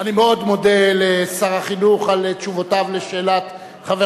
אני מאוד מודה לשר החינוך על תשובותיו על שאלת חבר